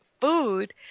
food